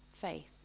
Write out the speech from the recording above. faith